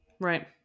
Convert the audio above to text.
Right